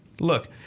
Look